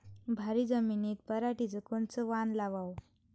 भारी जमिनीत पराटीचं कोनचं वान लावाव?